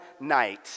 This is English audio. night